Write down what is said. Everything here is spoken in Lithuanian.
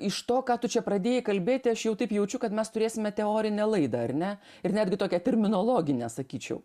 iš to ką tu čia pradėjai kalbėti aš jau taip jaučiu kad mes turėsime teorinę laidą ar ne ir netgi tokią terminologinę sakyčiau